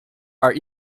are